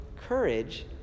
courage